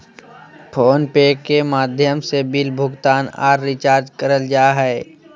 phone पे के माध्यम से बिल भुगतान आर रिचार्ज करल जा हय